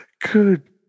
good